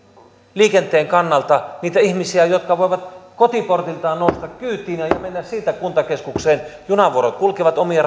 liikenteen kannalta niitä ihmisiä jotka voivat kotiportiltaan nousta kyytiin ja mennä siitä kuntakeskukseen junavuorot kulkevat omia